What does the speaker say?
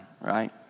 right